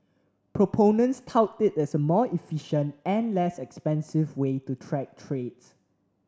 proponents tout it as a more efficient and less expensive way to track trades